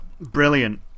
Brilliant